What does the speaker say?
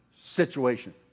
situation